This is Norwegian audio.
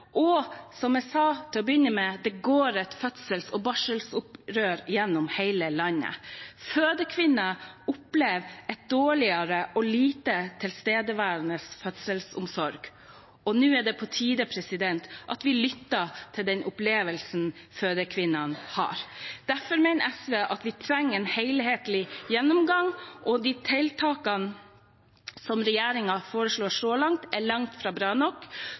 og, som jeg sa til å begynne med, det går et fødsels- og barselopprør gjennom hele landet. Fødekvinner opplever en dårligere og lite tilstedeværende fødselsomsorg. Nå er det på tide at vi lytter til den opplevelsen fødekvinnene har. Derfor mener SV at vi trenger en helhetlig gjennomgang. Tiltakene som regjeringen foreslår så langt, er langt fra bra nok.